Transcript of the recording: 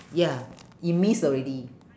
ya you miss already